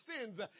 sins